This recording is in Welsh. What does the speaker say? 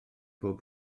bob